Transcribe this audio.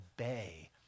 obey